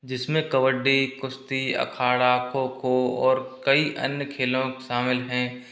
जिसमें कबड्डी कुश्ती अखाड़ा खो खो ओर कई अन्य खेलों शामिल हैं